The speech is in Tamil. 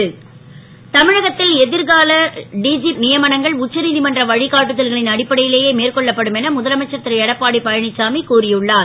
எடப்பாடி தமிழகத் ல் எ ர்கால டிஜிபி யமனங்கள் உச்சநீ மன்ற வ காட்டுதல்களின் அடிப்படை லேயே மேற்கொள்ளப்படும் என முதலமைச்சர் ரு எடப்பாடி பழ ச்சாமி கூறி உள்ளார்